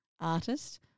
artist